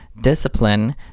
discipline